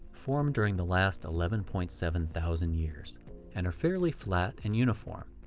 formed during the last eleven point seven thousand years and are fairly flat and uniform,